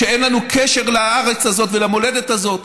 שאין לנו קשר לארץ הזאת ולמולדת הזאת.